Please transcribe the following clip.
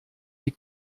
die